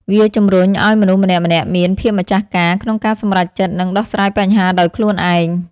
វាជំរុញឲ្យមនុស្សម្នាក់ៗមាន ភាពម្ចាស់ការ ក្នុងការសម្រេចចិត្ត និងដោះស្រាយបញ្ហាដោយខ្លួនឯង។